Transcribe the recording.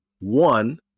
one